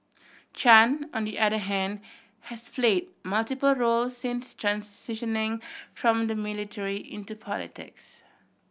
Chan on the other hand has play multiple roles since transitioning from the military into politics